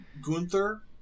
Gunther